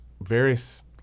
various